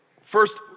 First